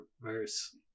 verse